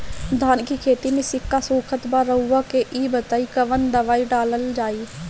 धान के खेती में सिक्का सुखत बा रउआ के ई बताईं कवन दवाइ डालल जाई?